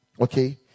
okay